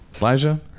Elijah